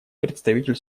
представитель